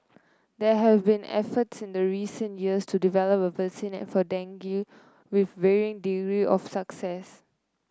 there have been efforts in recent years to develop a vaccine for dengue with varying degree of success